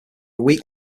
week